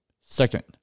second